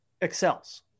excels